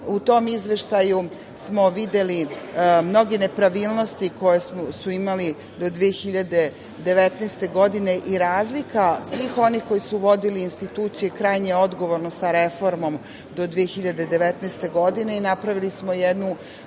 U tom izveštaju smo videli mnoge nepravilnosti koje su imali do 2019. godine i razlika svih onih koji su vodili institucije krajnje odgovorno sa reformom do 2019. godine i napravili smo jednu